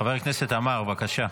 חבר הכנסת עמאר, בבקשה.